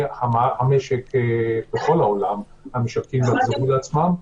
והמשק בכל העולם יחזור לעצמו.